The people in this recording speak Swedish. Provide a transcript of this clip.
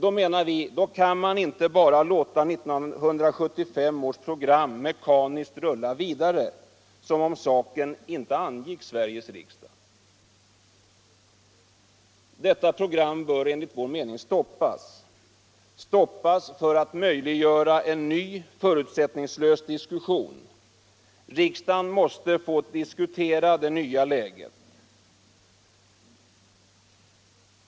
Då kan man inte, menar vi, bara låta 1975 års program mekaniskt rulla vidare som om saken inte angick Sveriges riksdag. Detta program bör stoppas för att möjliggöra en ny, förutsättningslös diskussion. Riksdagen måste få diskutera det nya läget.